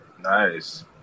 Nice